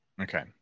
okay